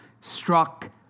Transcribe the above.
struck